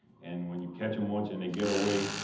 and when you catch them once and they get away,